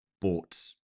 bought